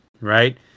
right